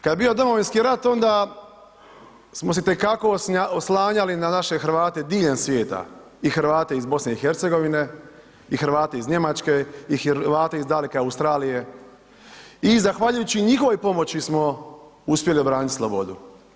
Kad je bio Domovinski rat onda smo se itekako oslanjali na naše Hrvate diljem svijeta i Hrvate iz BiH-a i Hrvate iz Njemačke i Hrvate iz daleke Australije i zahvaljujući njihovoj pomoći smo uspjeli obraniti slobodu.